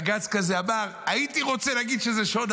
בג"ץ כזה אמר: הייתי רוצה להגיד שזה שוד,